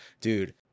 dude